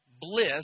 bliss